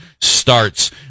starts